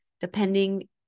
depending